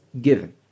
given